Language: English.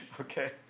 Okay